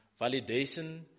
validation